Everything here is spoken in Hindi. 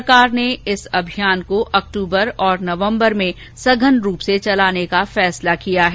सरकार ने इस अभियान को अक्टूबर और नवम्बर में सघन रूप से चलाने का फैसला किया है